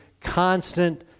constant